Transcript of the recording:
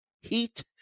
heat